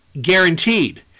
guaranteed